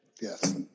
Yes